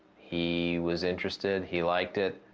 he was interested, he liked it.